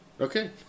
Okay